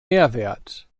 mehrwert